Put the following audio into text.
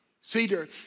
Cedar